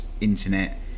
internet